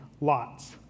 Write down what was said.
lots